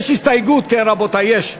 יש הסתייגות, כן, רבותי, יש.